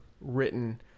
written